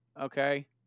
okay